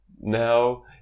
now